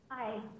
Hi